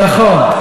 נכון.